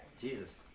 Jesus